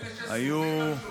אלו שסמוכים על שולחנם,